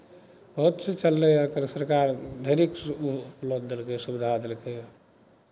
बहुत चीज चललैए आइ काल्हि सरकार ढेरी उपलब्ध देलकैए सुविधा देलकैए